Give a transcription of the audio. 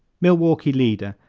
milwaukee leader,